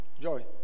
Joy